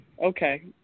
okay